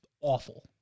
awful